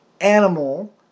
animal